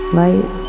light